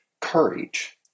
courage